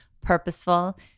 purposeful